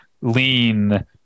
lean